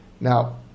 Now